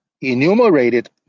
enumerated